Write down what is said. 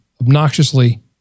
obnoxiously